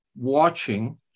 watching